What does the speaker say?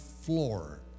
floor